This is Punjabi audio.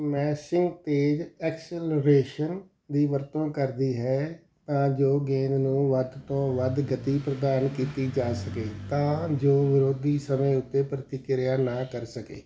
ਸਮੈਸ਼ਿੰਗ ਤੇਜ਼ ਐਕਸਲਰੇਸ਼ਨ ਦੀ ਵਰਤੋਂ ਕਰਦੀ ਹੈ ਤਾਂ ਜੋ ਗੇਂਦ ਨੂੰ ਵੱਧ ਤੋਂ ਵੱਧ ਗਤੀ ਪ੍ਰਦਾਨ ਕੀਤੀ ਜਾ ਸਕੇ ਤਾਂ ਜੋ ਵਿਰੋਧੀ ਸਮੇਂ ਉੱਤੇ ਪ੍ਰਤੀਕਿਰਿਆ ਨਾ ਕਰ ਸਕੇ